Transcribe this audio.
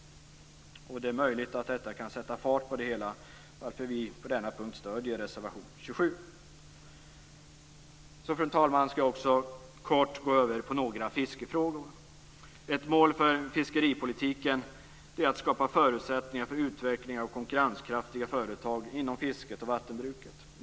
Det är möjligt att detta kan sätta fart på det hela, varför vi på denna punkt stöder reservation 27. Fru talman! Jag skall så kort ta upp några fiskefrågor. Ett mål för fiskeripolitiken är att skapa förutsättningar för utveckling av konkurrenskraftiga företag inom fisket och vattenbruket.